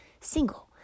single